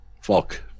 Fuck